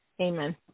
Amen